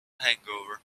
hangover